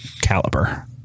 caliber